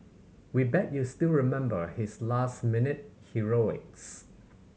we bet you still remember his last minute heroics